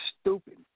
stupid